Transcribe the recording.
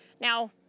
Now